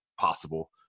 possible